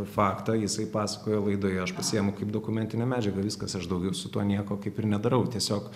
faktą jisai pasakojo laidoje aš pasiimu kaip dokumentinę medžiagą viskas aš daugiau su tuo nieko kaip ir nedarau tiesiog